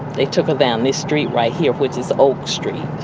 they took her down this street right here, which is oak street.